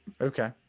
Okay